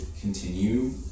continue